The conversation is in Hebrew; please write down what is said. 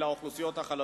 על האוכלוסיות החלשות.